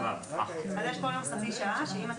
ספי מנדלוביץ', לעניין מתווה